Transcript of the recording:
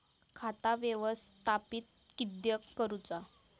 खाता व्यवस्थापित किद्यक करुचा?